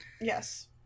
Yes